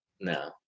no